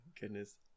goodness